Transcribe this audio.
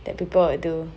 that people will do